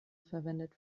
verwendet